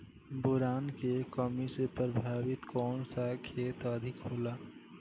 Boron के कमी से प्रभावित कौन सा क्षेत्र अधिक होला?